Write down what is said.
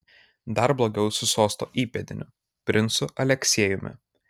dar blogiau su sosto įpėdiniu princu aleksiejumi